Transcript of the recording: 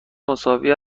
مساوی